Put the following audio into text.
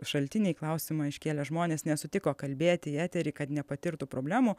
šaltiniai klausimą iškėlę žmonės nesutiko kalbėti etery kad nepatirtų problemų